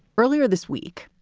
earlier this week,